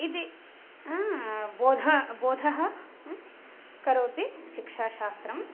इति बोधं बोधं करोति शिक्षाशास्त्रं